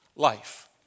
life